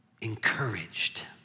encouraged